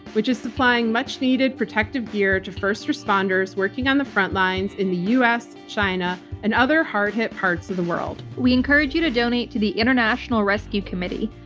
which is supplying much needed protective gear to first responders working on the frontlines in the us, china, and other hard hit parts of the world. we encourage you to donate to the international rescue committee,